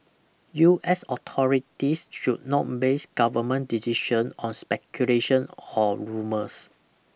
U S authorities should not base government decision on speculation or rumours